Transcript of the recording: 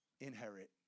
inherit